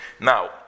Now